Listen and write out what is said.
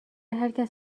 هرکس